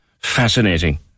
fascinating